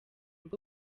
rwo